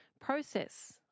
process